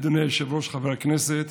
אדוני היושב-ראש, חברי הכנסת,